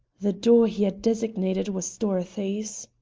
the door he had designated was dorothy's.